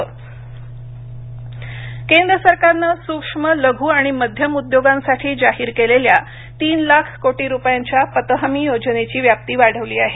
योजना विस्तार केंद्र सरकारनं सूक्ष्म लघु आणि मध्यम उद्योगांसाठी जाहीर केलेल्या तीन लाख कोटी रुपयांच्या पत हमी योजनेची व्याप्ती वाढवली आहे